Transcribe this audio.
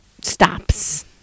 stops